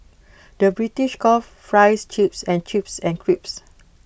the British calls Fries Chips and chips and crisps